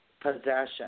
possession